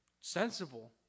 sensible